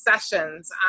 sessions